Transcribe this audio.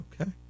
Okay